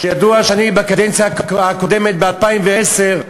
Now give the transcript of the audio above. שידוע שאני בקדנציה הקודמת, ב-2010,